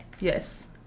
Yes